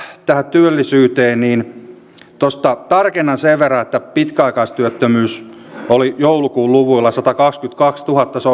tähän työllisyyteen niin tarkennan sen verran että pitkäaikaistyöttömyys oli joulukuun luvuilla satakaksikymmentäkaksituhatta se